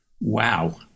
wow